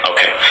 Okay